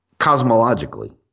cosmologically